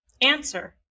answer